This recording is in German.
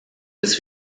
des